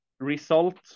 Result